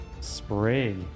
Spray